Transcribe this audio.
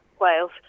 Wales